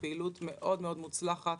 זו פעילות מאוד מאוד מוצלחת